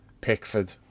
Pickford